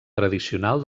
tradicional